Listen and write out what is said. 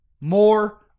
More